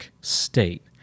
state